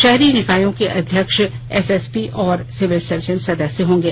शहरी निकायों के अध्यक्ष एसएसपी और सिविल सर्जन सदस्य होंगे